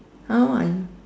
how old are you